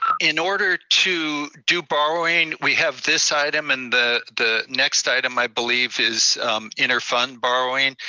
in order to do borrowing, we have this item and the the next item, i believe, is interfund borrowing.